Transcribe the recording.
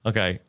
Okay